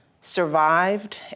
survived